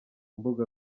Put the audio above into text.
mbuga